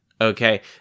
okay